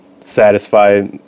satisfy